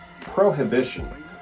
prohibition